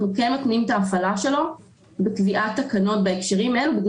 אנחנו כן מתנים את ההפעלה שלו בקביעת תקנות בהקשרים האלה,